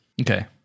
Okay